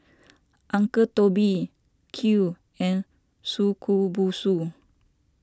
Uncle Toby Qoo and Shokubutsu